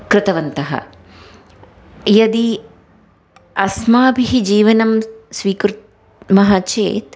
कृतवन्तः यदि अस्माभिः जीवनं स्वीकुर्मः चेत्